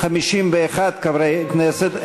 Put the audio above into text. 51 חברי כנסת,